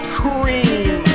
cream